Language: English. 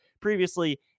Previously